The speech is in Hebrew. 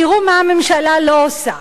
תראו מה הממשלה לא עושה: